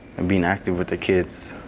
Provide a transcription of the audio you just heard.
and being active with their kids,